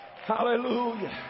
Hallelujah